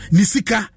Nisika